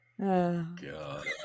God